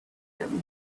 them